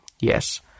Yes